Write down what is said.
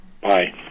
Bye